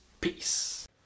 peace